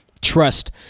trust